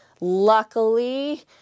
Luckily